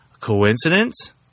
Coincidence